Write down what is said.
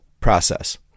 process